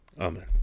Amen